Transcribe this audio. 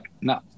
no